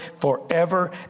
forever